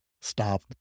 stop